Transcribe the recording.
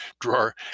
drawer